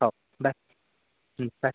होव bye hmm bye